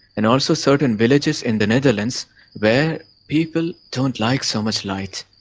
and also certain villages in the netherlands where people don't like so much light.